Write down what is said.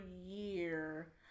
year